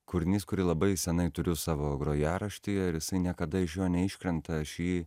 kūrinys kurį labai seniai turiu savo grojaraštyje ir niekada iš jo neiškrenta aš jį